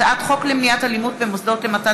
הצעת חוק למניעת אלימות במוסדות למתן